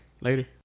later